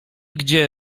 gdzie